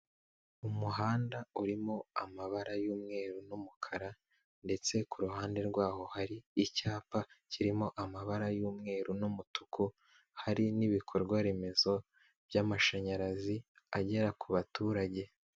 Umuhanda urimo amabara y'umweru n'umukara ndetse ku ruhande rwaho hari icyapa kirimo amabara y'umweru n'umutuku, hari n'ibikorwaremezo by'amashanyarazi agera ku baturage.